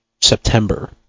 September